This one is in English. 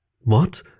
What